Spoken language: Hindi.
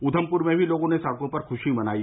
उधमपुर में भी लोगों ने सड़कों पर खुशी मनाई